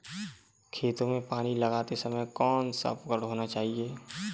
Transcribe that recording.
खेतों में पानी लगाते समय कौन सा उपकरण होना चाहिए?